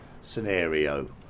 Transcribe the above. scenario